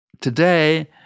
today